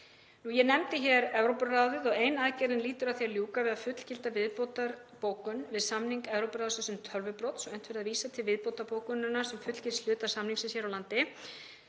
Ég nefndi hér Evrópuráðið og ein aðgerðin lýtur að því að ljúka við að fullgilda viðbótarbókun við samning Evrópuráðsins um tölvubrot svo unnt verði að vísa til viðbótarbókunarinnar sem fullgilds hluta samningsins hér á landi.